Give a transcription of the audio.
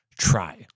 try